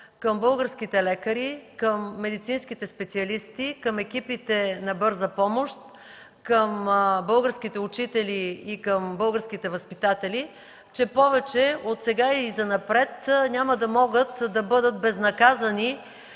към българските лекари, към медицинските специалисти, към екипите на Бърза помощ, към българските учители и възпитатели, че повече – отсега и занапред, няма да могат да бъдат безнаказани